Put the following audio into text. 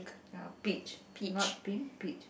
ya peach not pink peach